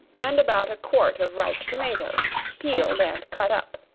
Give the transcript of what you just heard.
and about a quart of ripe tomatoes, peeled and cut up